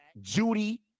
Judy